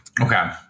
Okay